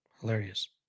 Hilarious